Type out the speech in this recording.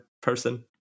person